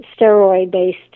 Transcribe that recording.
steroid-based